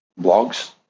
blogs